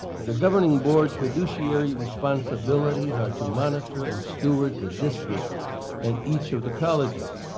the governing board fiduciary responsibilities are to monitor and steward the district and each of the colleges.